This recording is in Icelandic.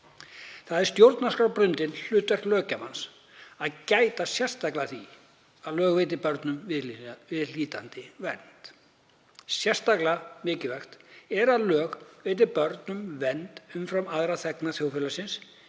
Það er stjórnarskrárbundið hlutverk löggjafans að gæta sérstaklega að því að lög veiti börnum viðhlítandi vernd. Sérstaklega mikilvægt er að lög veiti börnum vernd umfram aðra þegna þjóðfélagsins,